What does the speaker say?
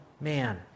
man